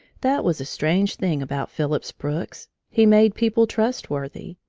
that was a strange thing about phillips brooks he made people trust-worthy.